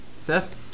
Seth